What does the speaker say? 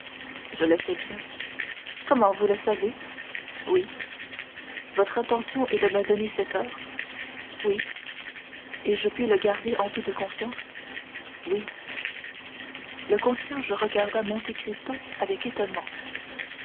je le sais bien comment vous le savez oui votre intention est de me donner cet or oui et je puis le garder en toute conscience oui le concierge regarda monte cristo avec étonnement